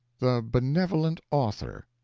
the benevolent author